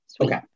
Okay